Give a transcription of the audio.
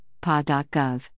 PA.gov